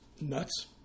nuts